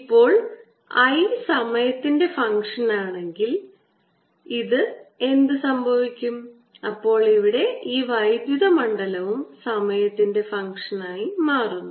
ഇപ്പോൾ I സമയത്തിന്റെ ഫംഗ്ഷനാണെങ്കിൽ ആണെങ്കിൽ എന്ത് സംഭവിക്കും അപ്പോൾ ഇവിടെ ഈ വൈദ്യുത മണ്ഡലവും സമയത്തിന്റെ ഫംഗ്ഷനായി മാറുന്നു